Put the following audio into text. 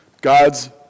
God's